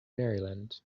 maryland